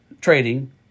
trading